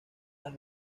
las